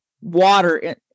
water